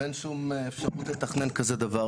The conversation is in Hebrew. ואין שום אפשרות לתכנן כזה דבר,